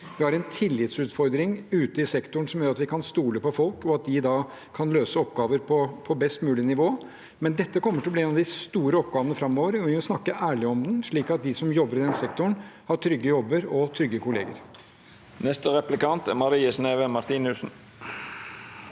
Vi har en tillitsutfordring ute i sektoren som handler om at vi kan stole på folk, og at de da kan løse oppgaver på best mulig nivå. Men dette kommer til å bli en av de store oppgavene framover, og vi må snakke ærlig om den, slik at de som jobber i denne sektoren, har trygge jobber og trygge kolleger. Marie Sneve Martinussen